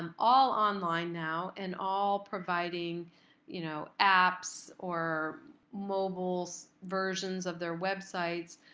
and all online now and all providing you know apps or mobile so versions of their websites.